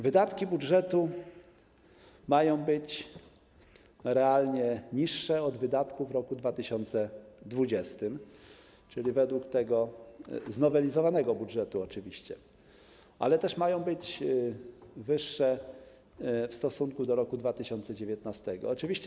Wydatki budżetu mają być realnie niższe od wydatków w roku 2020, czyli według tego znowelizowanego budżetu, ale też mają być wyższe w stosunku do roku 2019.